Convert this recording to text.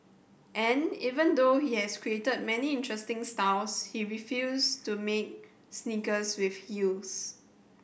and even though he has created many interesting styles he refuse to make sneakers with heels